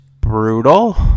brutal